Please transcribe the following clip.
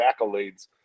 accolades